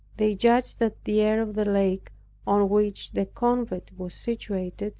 they judged that the air of the lake on which the convent was situated,